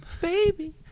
Baby